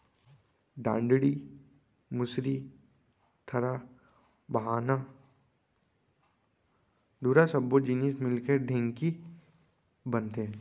डांड़ी, मुसरी, थरा, बाहना, धुरा सब्बो जिनिस मिलके ढेंकी बनथे